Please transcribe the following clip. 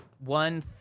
One